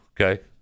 Okay